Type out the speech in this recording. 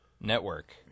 Network